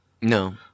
No